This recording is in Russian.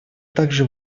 также